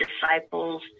disciples